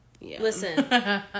Listen